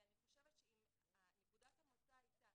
ואני חושבת שאם נקודת המוצא הייתה